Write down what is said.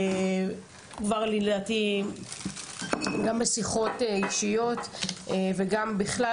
הובהרה דעתי, גם בשיחות אישיות וגם בכלל,